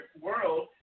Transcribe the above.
world